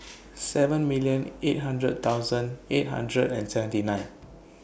seven million eight hundred thousand eight hundred and seventy nine